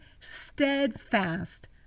steadfast